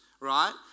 right